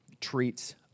treats